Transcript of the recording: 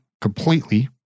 completely